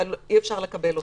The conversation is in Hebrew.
אבל אי-אפשר לקבל אותו.